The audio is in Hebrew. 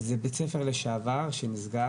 זה בית ספר לשעבר שנסגר,